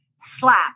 SLAP